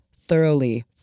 thoroughly